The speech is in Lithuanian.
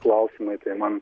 klausimai tai man